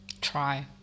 try